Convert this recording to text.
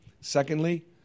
Secondly